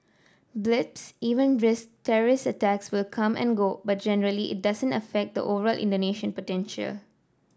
blips event risks terrorist attacks will come and go but generally it doesn't affect the overall Indonesian potential